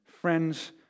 Friends